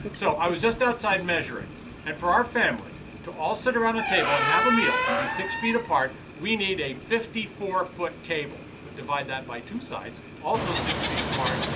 so i was just outside measuring and for our family to all sit around a table and have a meal and be six feet apart. we need a fifty four foot table, but divide that by two sides, also six feet apart,